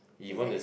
is it